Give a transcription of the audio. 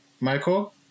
Michael